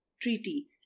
Treaty